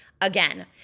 again